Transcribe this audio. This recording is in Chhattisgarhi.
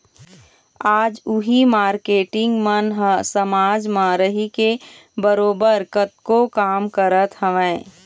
आज उही मारकेटिंग मन ह समाज म रहिके बरोबर कतको काम करत हवँय